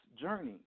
journey